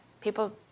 People